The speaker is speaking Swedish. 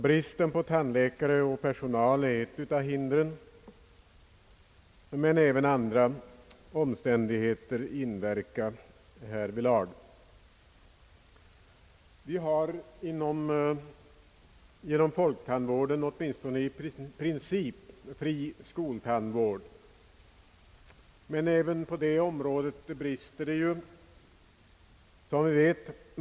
Bristen på tandläkare och personal är ett av hindren, men även andra omständigheter inverkar härvidlag. Vi har genom folktandvården åtminstone i princip fri skoltandvård, men även på detta område brister det, som vi vet.